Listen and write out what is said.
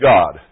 God